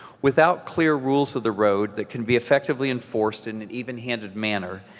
without clear rules of the road that can be effectively enforced in an even-handed manner,